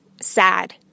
Sad